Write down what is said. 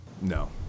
no